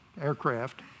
aircraft